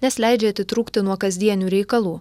nes leidžia atitrūkti nuo kasdienių reikalų